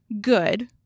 good